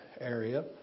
area